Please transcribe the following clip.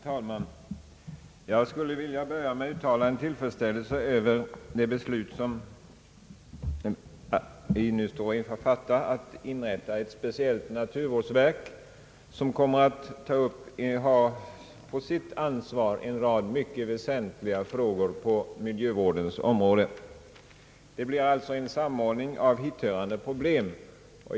Herr talman! Jag skulle vilja börja med att uttala min tillfredsställelse över det beslut, som vi nu står inför att fatta, nämligen att inrätta ett speciellt naturvårdsverk, som kommer att ha ansvaret för en rad mycket väsentliga frågor på miljövårdens område, Det skall alltså bli en samordning av hithörande problem.